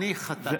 אני חטאתי.